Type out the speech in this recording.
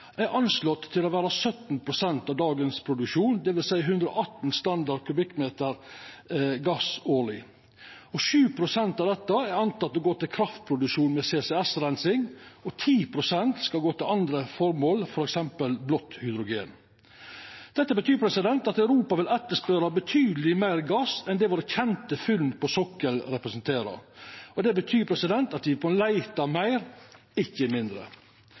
er anslått å vera 17 pst. av dagens produksjon, dvs. 118 standard m 3 gass årleg. 7 pst. av dette antek ein vil gå til kraftproduksjon med CCS-reinsing, og 10 pst. skal gå til andre føremål, f.eks. blått hydrogen. Dette betyr at Europa vil etterspørra betydeleg meir gass enn det våre kjente funn på sokkelen representerer. Det betyr at me bør leita meir – ikkje mindre.